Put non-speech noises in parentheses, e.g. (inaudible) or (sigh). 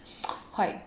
(noise) quite